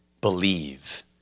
Believe